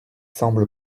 semble